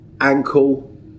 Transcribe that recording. ankle